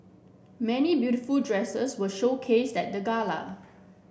many beautiful dresses were showcased at the gala